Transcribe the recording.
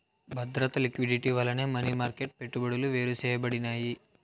బద్రత, లిక్విడిటీ వల్లనే money market పెట్టుబడులు వేరుసేయబడినాయి